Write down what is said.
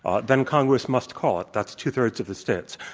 um then congress must call it. that's two-thirds of the states.